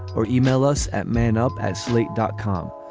or email us at man up at slate dot com.